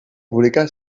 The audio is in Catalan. publicar